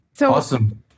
Awesome